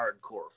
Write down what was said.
hardcore